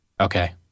Okay